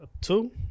Two